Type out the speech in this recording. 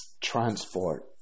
transport